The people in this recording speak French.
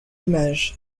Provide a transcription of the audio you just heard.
image